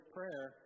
Prayer